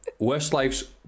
Westlife's